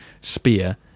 spear